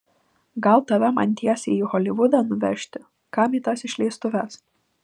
gal tave man tiesiai į holivudą nuvežti kam į tas išleistuves